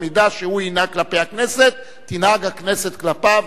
במידה שהוא ינהג כלפי הכנסת תנהג הכנסת כלפיו.